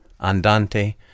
Andante